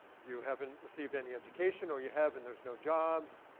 you haven't received any education, or you have and there's no jobs.